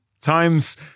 times